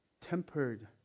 tempered